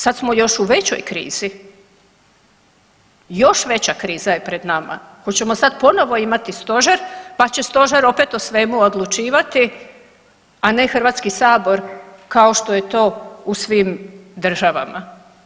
Sad smo još u većoj krizi, još veća kriza je pred nama hoćemo sad ponovo imati stožer pa će stožer opet o svemu odlučivati, a ne HS kao što je to u svim državama?